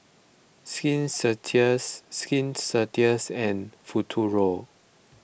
Skin Ceuticals Skin Ceuticals and Futuro